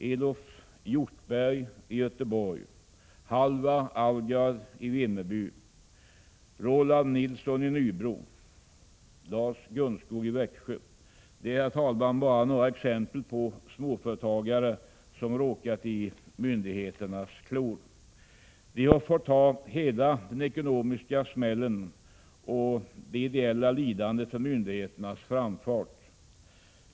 Elof Hjortberg i Göteborg, Halvar Alvgard i Vimmerby, Roland Nilsson i Nybro och Lars Gunnskog i Växjö är, herr talman, bara några exempel på småföretagare som råkat i myndigheternas klor. De har fått ta hela den ekonomiska smäll och det ideella lidande som orsakats av myndigheternas framfart.